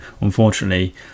Unfortunately